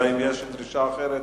אלא אם כן יש דרישה אחרת.